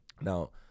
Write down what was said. Now